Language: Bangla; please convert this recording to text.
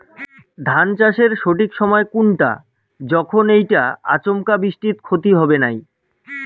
ধান চাষের সঠিক সময় কুনটা যখন এইটা আচমকা বৃষ্টিত ক্ষতি হবে নাই?